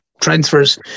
transfers